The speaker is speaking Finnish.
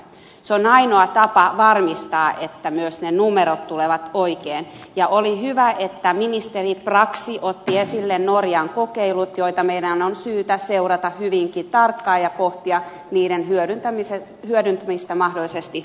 se on ainoa tapa varmistaa että myös ne numerot tulevat oikein ja oli hyvä että ministeri brax otti esille norjan kokeilut joita meidän on syytä seurata hyvinkin tarkkaan ja pohtia niiden hyödyntämistä mahdollisesti suomessa